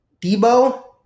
Debo